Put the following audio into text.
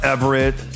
Everett